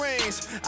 rings